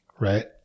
Right